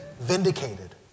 vindicated